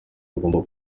bagomba